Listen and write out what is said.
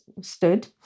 stood